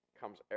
comes